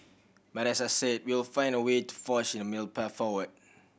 but as I said we'll find a way to forge a middle path forward